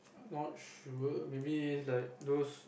not sure maybe like those